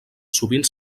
sovint